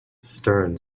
stern